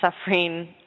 suffering